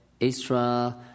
extra